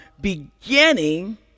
beginning